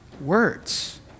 words